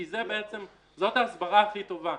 כי זאת ההסברה הכי טובה.